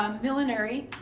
um millinery,